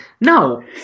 No